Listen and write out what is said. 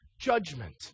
judgment